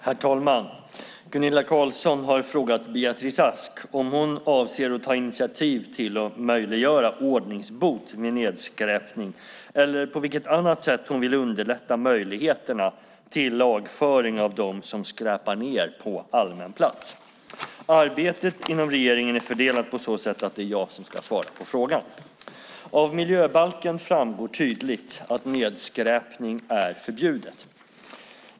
Herr talman! Gunilla Carlsson i Hisings Backa har frågat Beatrice Ask om hon avser att ta initiativ till att möjliggöra ordningsbot vid nedskräpning eller på vilket annat sätt hon vill underlätta möjligheterna till lagföring av dem som skräpar ned på allmän plats. Arbetet inom regeringen är fördelat på så sätt att det är jag som ska svara på interpellationen. Av miljöbalken framgår tydligt att nedskräpning är förbjudet.